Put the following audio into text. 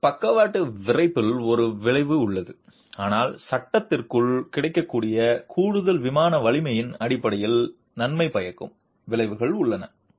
எனவே பக்கவாட்டு விறைப்பில் ஒரு விளைவு உள்ளது ஆனால் சட்டகத்திற்கு கிடைக்கக்கூடிய கூடுதல் விமான வலிமையின் அடிப்படையில் நன்மை பயக்கும் விளைவும் உள்ளது